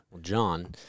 John